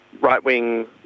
right-wing